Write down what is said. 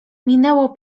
minęło